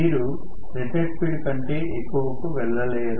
మీరు rated speed కంటే ఎక్కువకు వెళ్ళలేరు